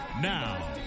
Now